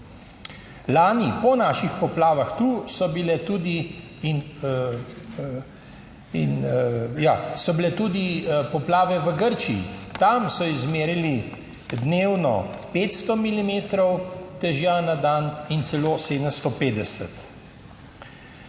Lani po naših poplavah, tu so bile tudi poplave v Grčiji. Tam so izmerili dnevno 500 milimetrov dežja na dan in celo 750.